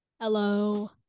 Hello